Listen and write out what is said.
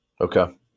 Okay